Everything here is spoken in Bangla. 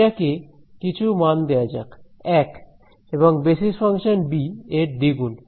এটাকে কিছু মান দেয়া যাক 1 এবং বেসিস ফাংশন বি এর দ্বিগুণ